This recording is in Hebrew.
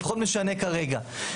זה פחות משנה כרגע.